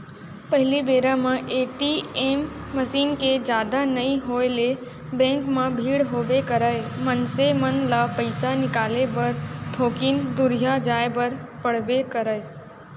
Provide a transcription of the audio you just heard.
पहिली बेरा म ए.टी.एम मसीन के जादा नइ होय ले बेंक म भीड़ होबे करय, मनसे मन ल पइसा निकाले बर थोकिन दुरिहा जाय बर पड़बे करय